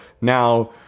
now